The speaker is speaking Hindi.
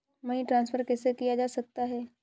मनी ट्रांसफर कैसे किया जा सकता है?